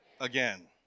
again